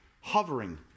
hovering